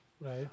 Right